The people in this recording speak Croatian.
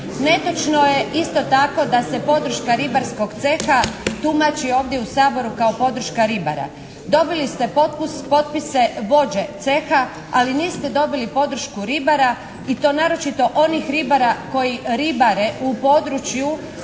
Netočno je isto tako da se podrška Ribarskog ceha tumači ovdje u Saboru kao podrška ribara. Dobili ste potpise vođe Ceha, ali niste dobili podršku ribara i to naročito onih ribara koji ribare u području,